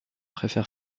préfèrent